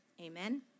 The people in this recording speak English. Amen